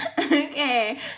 Okay